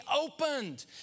opened